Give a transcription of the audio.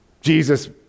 Jesus